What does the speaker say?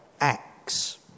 acts